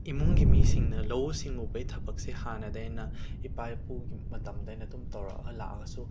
ꯏꯃꯨꯡꯒꯤ ꯃꯤꯁꯤꯡꯅ ꯂꯧꯎ ꯁꯤꯡꯎꯕꯒꯤ ꯊꯕꯛꯁꯦ ꯍꯥꯟꯅꯗꯒꯤꯅ ꯏꯄꯥ ꯏꯄꯨꯒꯤ ꯃꯇꯝꯗꯒꯤꯅ ꯑꯗꯨꯝ ꯇꯧꯔꯛꯑ ꯂꯥꯛꯑꯒꯁꯨ